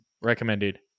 recommended